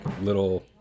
little